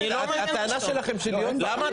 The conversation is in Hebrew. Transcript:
הטענה שלכם להיות פה.